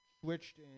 switched